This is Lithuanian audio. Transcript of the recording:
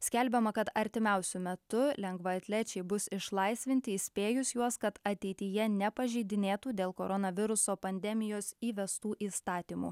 skelbiama kad artimiausiu metu lengvaatlečiai bus išlaisvinti įspėjus juos kad ateityje nepažeidinėtų dėl koronaviruso pandemijos įvestų įstatymų